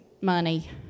money